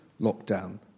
lockdown